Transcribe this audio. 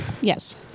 Yes